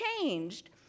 changed